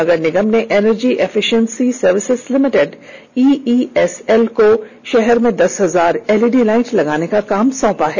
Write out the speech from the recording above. नगर निगम ने energy efficiency services limited EESL को शहर में दस हजार एलईडी लाइट लगाने का काम सौंपा है